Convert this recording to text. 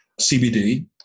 CBD